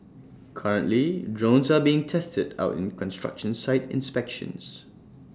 currently drones are being tested out in construction site inspections